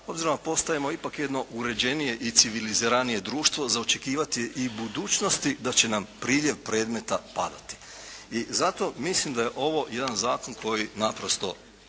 obzirom da postajemo ipak jedno uređenije i civiliziranije društvo, za očekivati i budućnosti da će nam priljev predmeta padati i zato mislim da je ovo jedan zakon koji naprosto